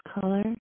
color